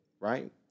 right